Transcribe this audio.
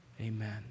Amen